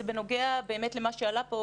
בנוגע למה שעלה כאן.